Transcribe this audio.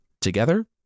Together